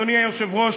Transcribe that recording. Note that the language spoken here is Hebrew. אדוני היושב-ראש,